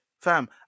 fam